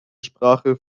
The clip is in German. sprache